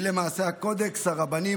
והיא למעשה קודקס הרבנים,